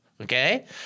Okay